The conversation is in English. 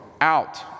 out